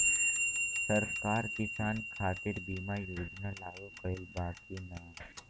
सरकार किसान खातिर बीमा योजना लागू कईले बा की ना?